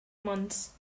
months